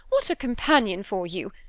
what a companion for you!